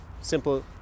simple